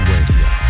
Radio